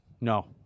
no